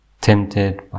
tempted